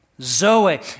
Zoe